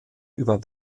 über